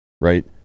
right